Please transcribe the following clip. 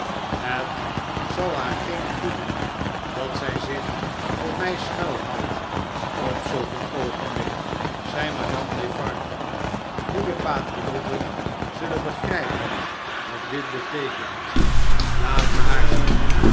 het zal haar geen goed doen dat zjj zich voor mij schuilhoudt op zulk een oogenblik zei madame defarge goede patriotten zullen begrjjpen wat dit beteekent laat me haar zien